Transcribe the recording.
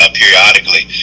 periodically